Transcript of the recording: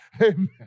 Amen